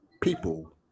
people